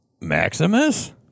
maximus